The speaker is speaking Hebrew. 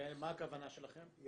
ומה הכוונה שלכם?